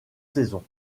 saison